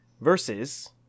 versus